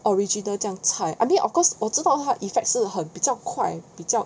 original 这样菜 I mean of course 我知道他 effect 是很比较快比较